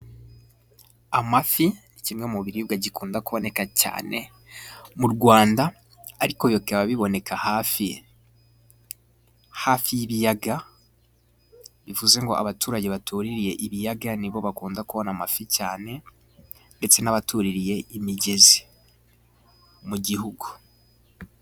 Amafi ni kimwe mu biribwa gikunda kuboneka cyane mu Rwanda, ariko bikaba biboneka hafi hafi y'ibiyaga. Bivuze ngo abaturage baturiye ibiyaga nibo bakunda kubona amafi cyane, ndetse n'abatuririye imigezi mu gihugu.